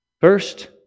First